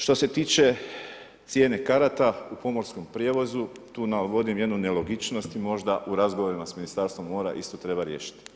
Što se tiče cijene karata u pomorskom prijevozu, tu navodim jednu nelogičnost i možda u razgovorima s Ministarstvom mora isto treba riješiti.